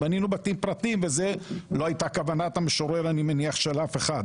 בנינו בתים פרטיים וזו לא הייתה כוונת המשורר של אף אחד אני מניח.